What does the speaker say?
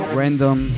random